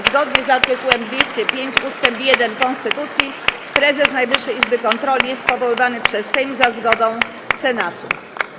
Zgodnie z art. 205 ust. 1 konstytucji prezes Najwyższej Izby Kontroli jest powoływany przez Sejm za zgodą Senatu.